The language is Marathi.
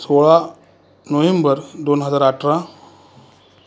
सोळा नोव्हेंबर दोन हजार अठरा